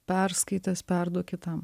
perskaitęs perduok kitam